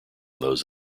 those